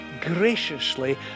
graciously